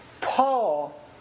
Paul